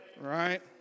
Right